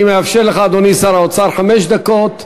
אני מאפשר לך, אדוני שר האוצר, חמש דקות,